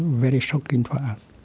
very shocking for us.